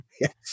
yes